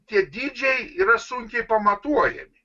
tie dydžiai yra sunkiai pamatuojami